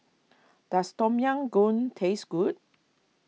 does Tom Yam Goong taste good